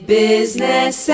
business